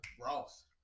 Ross